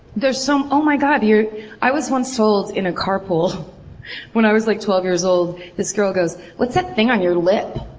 there's some oh my god i was once told in a carpool when i was like twelve years old, this girl goes, what's that thing on your lip!